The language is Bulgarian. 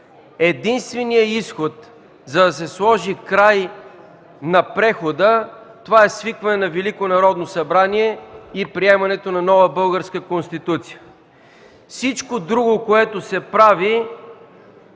Единственият изход, за да се сложи край на прехода, това е свикване на Велико Народно събрание и приемането на нова българска Конституция. Всичко друго, което се прави